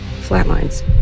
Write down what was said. flatlines